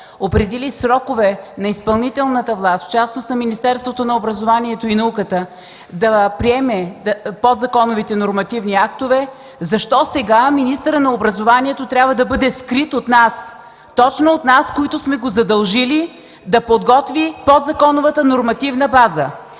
определи срокове на изпълнителната власт, в частност на Министерството на образованието и науката, да приеме подзаконовите нормативни актове, защо сега министърът на образованието трябва да бъде скрит от нас? Точно от нас, които сме го задължили да подготви подзаконовата нормативна база?!